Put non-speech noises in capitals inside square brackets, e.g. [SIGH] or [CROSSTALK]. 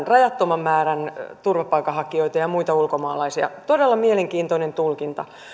[UNINTELLIGIBLE] rajattoman määrän turvapaikanhakijoita ja ja muita ulkomaalaisia todella mielenkiintoinen tulkinta